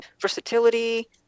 versatility